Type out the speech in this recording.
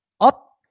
up